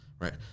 right